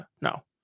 No